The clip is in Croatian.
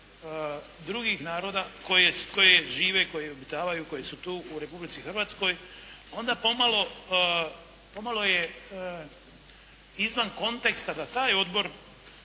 drugih naroda koji žive, koje obitavaju, koje su tu u Republici Hrvatskoj, onda pomalo je izvan konteksta da taj odbor